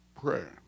prayer